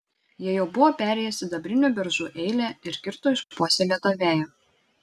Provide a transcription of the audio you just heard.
jie jau buvo perėję sidabrinių beržų eilę ir kirto išpuoselėtą veją